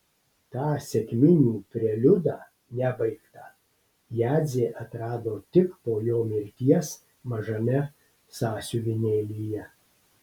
tą sekminių preliudą nebaigtą jadzė atrado tik po jo mirties mažame sąsiuvinėlyje